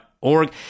.org